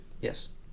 Yes